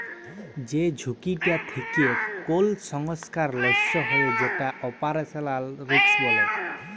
যে ঝুঁকিটা থেক্যে কোল সংস্থার লস হ্যয়ে যেটা অপারেশনাল রিস্ক বলে